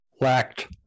lacked